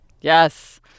Yes